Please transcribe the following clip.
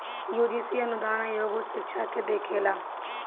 UGC अनुदान आयोग उच्च शिक्षा के देखेला